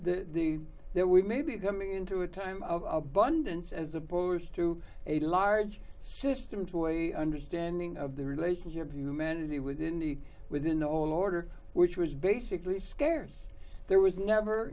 are the there we may be a coming into a time of abundance as opposed to a large system toys understanding of the relationship of humanity within the within the whole order which was basically scarce there was never